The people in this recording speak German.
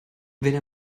wenn